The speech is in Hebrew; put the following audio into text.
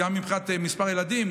גם מבחינת מספר ילדים,